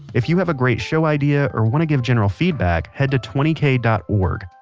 if you have a great show idea or want to give general feedback, head to twenty k dot org.